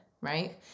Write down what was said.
right